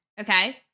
Okay